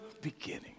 beginning